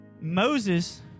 Moses